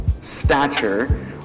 stature